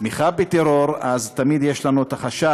תמיכה בטרור, אז, תמיד יש לנו חשש